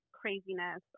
craziness